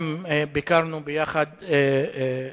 הפעם ישראל תוגדר, כנראה, כמדינה